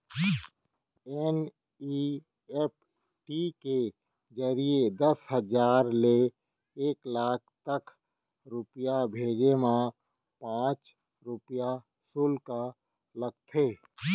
NEFT के जरिए दस हजार ले एक लाख तक रूपिया भेजे मा पॉंच रूपिया सुल्क लागथे